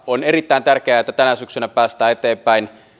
on erittäin tärkeää että tänä syksynä päästään eteenpäin